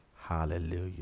Hallelujah